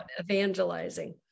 evangelizing